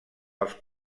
els